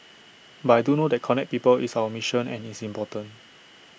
but I do know that connect people is our mission and it's important